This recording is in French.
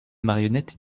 marionnettes